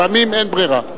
לפעמים אין ברירה.